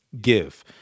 Give